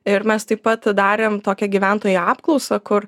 ir mes taip pat darėm tokią gyventojų apklausą kur